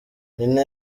nina